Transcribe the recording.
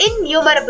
innumerable